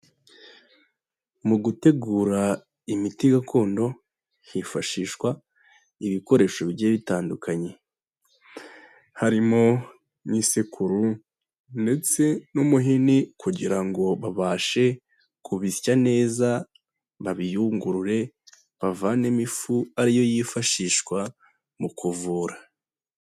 Mu gutegura imiti gakondo, hifashishwa ibikoresho bigiye bitandukanye. Harimo n'isekuru ndetse n'umuhini, kugira ngo babashe kubisya neza, babiyungurure bavanemo ifu, ariyo yifashishwa mu kuvura.